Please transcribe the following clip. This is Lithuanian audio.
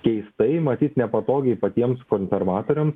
keistai matyt nepatogiai patiems konservatoriams